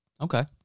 Okay